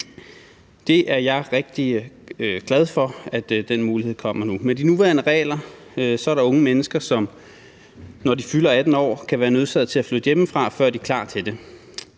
Jeg er rigtig glad for, at den mulighed kommer nu. Med de nuværende regler er der unge mennesker, som, når de fylder 18 år, kan være nødsaget til at flytte hjemmefra til f.eks. et